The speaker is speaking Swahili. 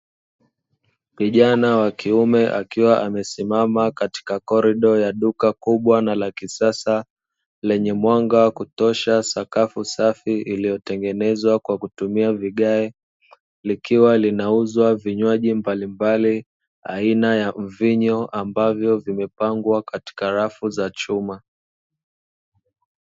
Kijana wa kiume akiwa amesimama katika kordo ya duka kubwa na la kisasa lenye mwanga wa kutosha na sakafu safi iliyotengenezwa kwa kutumia vigae, likiwa linauzwa vinywaji mbalimbali, aina ya mvinyo ambavyo vimepangwa katika rafu za chuma.